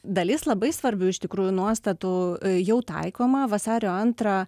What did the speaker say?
dalis labai svarbių iš tikrųjų nuostatų jau taikoma vasario antrą